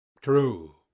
True